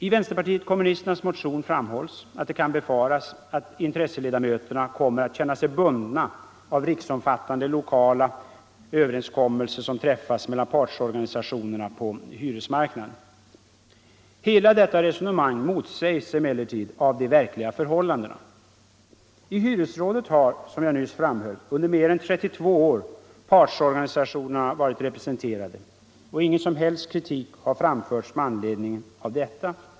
I vänsterpartiet kommunisternas motion framhålls att det kan befaras att intresseledamöterna kommer att känna sig bundna av riksomfattande eller lokala överenskommelser som träffas mellan partsorganisationerna på hyresmarknaden. Hela detta resonemang motsägs emellertid av de verkliga förhållandena. I hyresrådet har, som jag nyss framhöll, under mer än 30 år partsorganisationerna varit representerade, och ingen som helst kritik har framförts med anledning av detta.